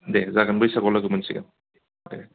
दे जागोन बैसागुआव लोगो मोनसिगोन दे